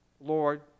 Lord